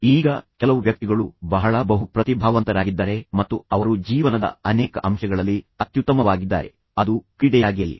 ಈಗ ಕೆಲವು ವ್ಯಕ್ತಿಗಳು ಬಹಳ ಪ್ರತಿಭಾವಂತರಾಗಿದ್ದಾರೆ ಅವರು ಬಹು ಪ್ರತಿಭಾವಂತರಾಗಿದ್ದಾರೆ ಮತ್ತು ಅವರು ಜೀವನದ ಅನೇಕ ಅಂಶಗಳಲ್ಲಿ ಅತ್ಯುತ್ತಮವಾಗಿದ್ದಾರೆ ಅದು ಕ್ರೀಡೆಯಾಗಿರಲಿ